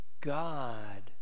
God